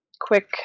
quick